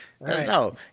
No